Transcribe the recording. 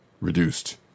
reduced